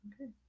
Okay